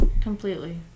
completely